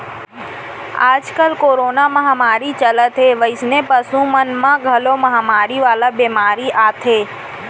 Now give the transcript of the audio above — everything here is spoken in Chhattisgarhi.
आजकाल कोरोना महामारी चलत हे वइसने पसु मन म घलौ महामारी वाला बेमारी आथे